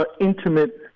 intimate